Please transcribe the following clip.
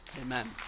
Amen